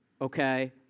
okay